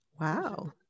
Wow